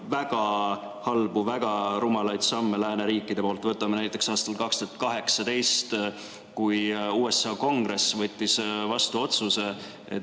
väga halbu, väga rumalaid samme lääneriikide poolt. Näiteks aastal 2018, kui USA Kongress võttis vastu otsuse,